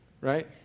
right